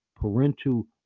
parental